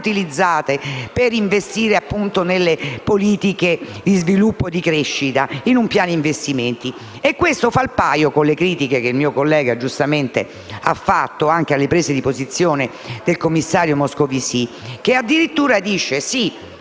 utilizzate per investire nelle politiche di sviluppo e di crescita, in un piano investimenti, e questo fa il paio con le critiche che il mio collega giustamente ha fatto anche alle prese di posizione del commissario Moscovici, il quale addirittura dice: «Sì,